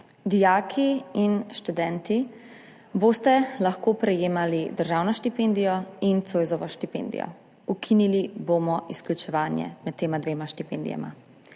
Dijaki in študenti boste lahko prejemali državno štipendijo in Zoisovo štipendijo. Ukinili bomo izključevanje med tema dvema štipendijama.